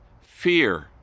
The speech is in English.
fear